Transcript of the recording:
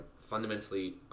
fundamentally